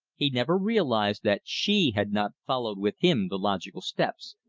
he never realized that she had not followed with him the logical steps,